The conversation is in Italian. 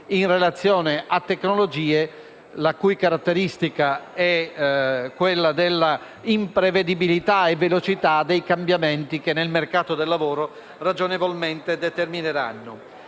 in relazione a tecnologie la cui caratteristica è quella della imprevedibilità e velocità dei cambiamenti che nel mercato del lavoro ragionevolmente determineranno.